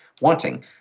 wanting